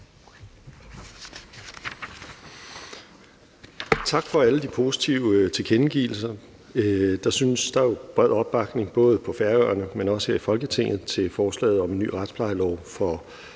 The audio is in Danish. Tak for alle de positive tilkendegivelser. Der synes at være bred opbakning både på Færøerne, men også her i Folketinget, til forslaget om en ny retsplejelov for